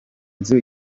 nzu